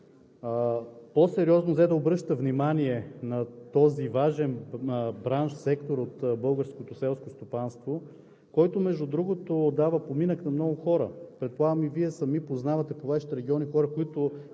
по-сериозно взе да обръща внимание на този важен бранш – сектор от българското селско стопанство, който, между другото, дава поминък на много хора. Предполагам и Вие сами познавате по Вашите региони хора,